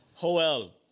Joel